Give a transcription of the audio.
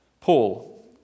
Paul